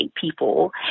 people